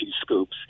scoops